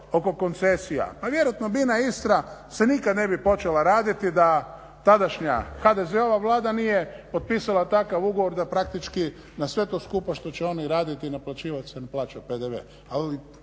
oko koncesija. Pa vjerojatno bi jedna Istra se nikada ne bi počela raditi da tadašnja HDZ-ova Vlada nije potpisala takav ugovor da praktički na sve to skupa što će oni raditi i naplaćivat se, naplaćuje PDV,